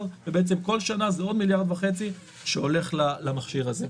ובעצם כל שנה זה עוד מיליארד וחצי שהולך למכשיר הזה.